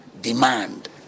demand